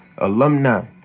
Alumni